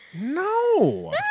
no